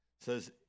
says